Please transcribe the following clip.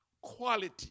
quality